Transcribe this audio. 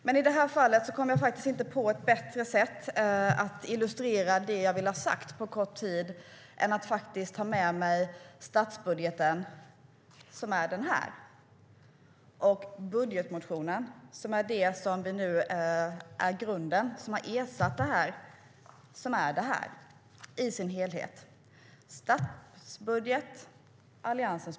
Men i detta fall kom jag inte på något bättre sätt att illustrera det jag vill ha sagt på kort tid än att ta med mig regeringens tjocka statsbudget och Alliansens tunna budgetmotion - den tunna budgetmotion som nu har ersatt den tjocka statsbudgeten.